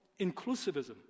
inclusivism